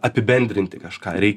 apibendrinti kažką rei